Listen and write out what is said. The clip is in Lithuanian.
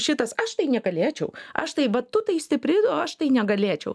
šitas aš tai negalėčiau aš tai va tu tai stipri o aš tai negalėčiau